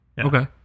Okay